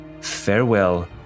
Farewell